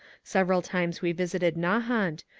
several times we visited nahant,